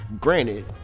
granted